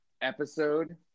episode